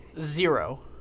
zero